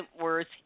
worth